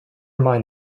mind